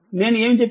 నేను ఏమి చెప్పాను